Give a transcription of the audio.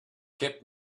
kept